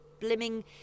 blimming